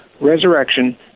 resurrection